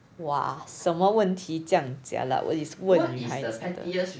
!wah! 什么问题这样 jialat is 问女孩子的